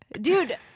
Dude